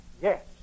yes